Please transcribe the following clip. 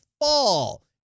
fall